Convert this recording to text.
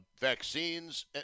Vaccines